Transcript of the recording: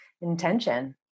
intention